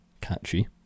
Catchy